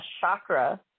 chakra